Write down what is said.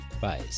Bye